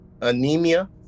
anemia